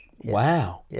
Wow